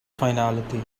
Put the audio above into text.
finality